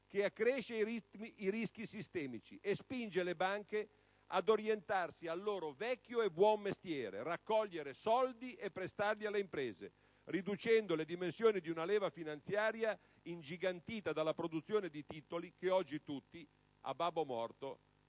che accresce i rischi sistemici, e spingerebbe le banche ad orientarsi al loro vecchio e buon mestiere: raccogliere soldi e prestarli alle imprese, riducendo le dimensioni di una leva finanziaria ingigantita dalla produzione di titoli che oggi tutti, "a babbo morto",